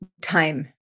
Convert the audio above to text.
time